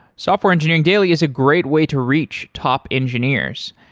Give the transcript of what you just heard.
software engineering daily is a great way to reach top engineers.